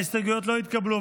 ההסתייגויות לא התקבלו.